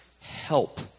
help